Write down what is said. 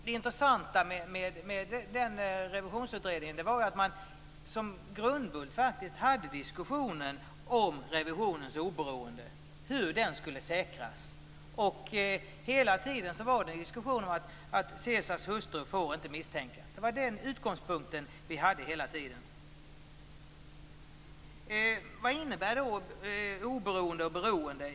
Det intressanta med Revisionsutredningen var att man som grundbult faktiskt hade diskussionen om revisionens oberoende och hur detta skulle säkras. Hela tiden gick diskussionen ut på att Caesars hustru inte fick misstänkas. Det var den utgångspunkten vi hade hela tiden. Vad innebär då oberoende och beroende?